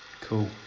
Cool